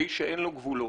איש שאין לו גבולות.